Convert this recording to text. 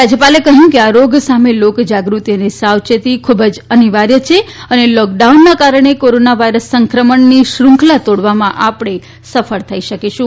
રાજયપાલે કહ્યું છે કે આ રોગ સામે લોક જાગૃતિ અને સાવચેતી ખુબ જ અનિવાર્ય છે અને લોક ડાઉનના કારણે કોરોના વાયરસ સંક્રમણની શ્રુંખલા તોડવામાં આપણે સફળ થઇ શકીશું